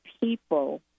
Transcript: people